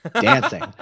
dancing